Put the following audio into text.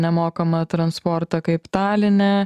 nemokamą transportą kaip taline